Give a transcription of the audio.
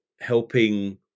helping